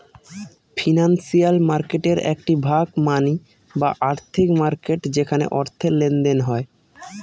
financial মার্কেটের একটি ভাগ মানি বা আর্থিক মার্কেট যেখানে অর্থের লেনদেন হয়